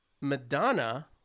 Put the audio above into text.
Madonna